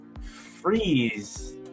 freeze